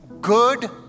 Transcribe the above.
good